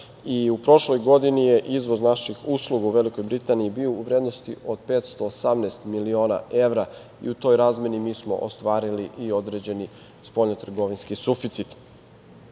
U prošloj godini je izvoz naših usluga u Velikoj Britaniji bio u vrednosti od 518 miliona evra i u toj razmeni mi smo ostvarili i određeni spoljnotrgovinski suficit. Interes